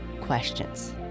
questions